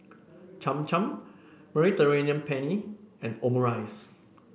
Cham Cham Mediterranean Penne and Omurice